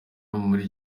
muri